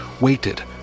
waited